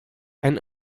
and